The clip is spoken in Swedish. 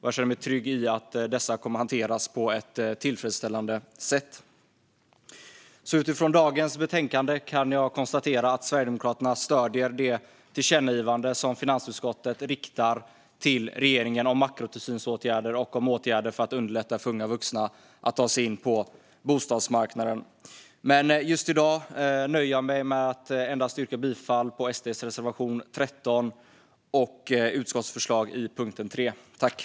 Jag känner mig trygg med att dessa kommer att hanteras på ett tillfredsställande sätt. Utifrån detta betänkande kan jag konstatera att Sverigedemokraterna stöder det tillkännagivande som finansutskottet riktar till regeringen om makrotillsynsåtgärder och om åtgärder för att underlätta för unga vuxna att ta sig in på bostadsmarknaden. Just i dag nöjer jag mig med att yrka bifall endast till SD:s reservation 13 och till utskottets förslag under punkt 3.